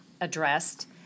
addressed